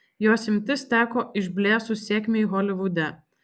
jos imtis teko išblėsus sėkmei holivude